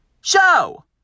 show